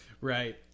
Right